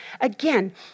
Again